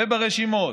וברשימות,